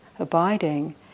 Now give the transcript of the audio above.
abiding